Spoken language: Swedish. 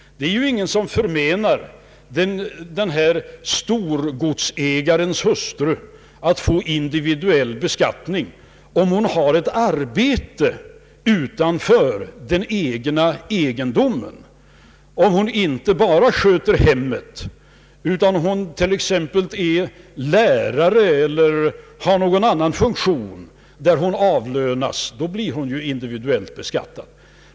Ingen förmenar en storgodsägares hustru individuell beskattning, om hon har ett arbete utanför den egna egendomen. Om hon inte bara sköter hemmet, utan t.ex. är lärare eller har någon annan funktion, där hon avlönas, då blir hon ju individuellt beskattad.